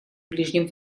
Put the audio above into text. ближнем